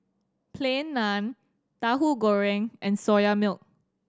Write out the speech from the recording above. Plain Naan Tahu Goreng and Soya Milk